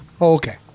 Okay